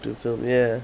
soya